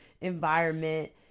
environment